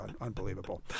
unbelievable